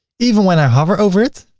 even when i hover over it,